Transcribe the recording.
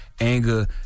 anger